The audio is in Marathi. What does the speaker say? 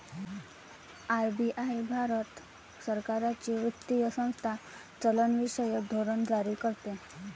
आर.बी.आई भारत सरकारची वित्तीय संस्था चलनविषयक धोरण जारी करते